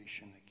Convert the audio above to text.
again